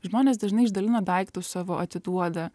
žmonės dažnai išdalina daiktus savo atiduoda